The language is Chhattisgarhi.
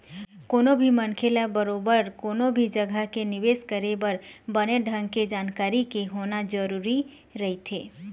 कोनो भी मनखे ल बरोबर कोनो भी जघा के निवेश करे बर बने ढंग के जानकारी के होना जरुरी रहिथे